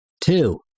Two